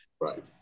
Right